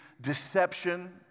deception